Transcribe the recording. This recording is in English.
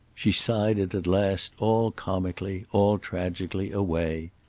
she sighed it at last all comically, all tragically, away.